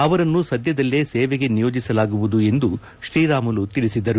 ಅವರನ್ನು ಸದ್ಯದಲ್ಲೇ ಸೇವೆಗೆ ನಿಯೋಜಿಸಲಾಗುವುದು ಎಂದು ಶ್ರೀರಾಮುಲು ತಿಳಿಸಿದರು